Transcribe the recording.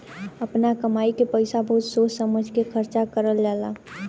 आपना कमाई के पईसा बहुत सोच समझ के खर्चा करल जाला